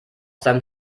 seinem